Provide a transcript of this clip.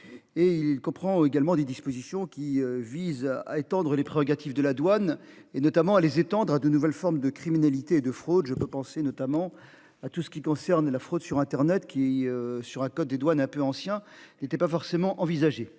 Et il comprend également des dispositions qui vise à étendre les prérogatives de la douane et notamment à les étendre à de nouvelles formes de criminalité de fraude. Je peux penser notamment à tout ce qui concerne la fraude sur Internet qui sur un code des douanes un peu anciens n'était pas forcément envisagé